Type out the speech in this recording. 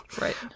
Right